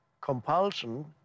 compulsion